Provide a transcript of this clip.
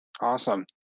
awesome